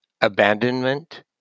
abandonment